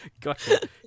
Gotcha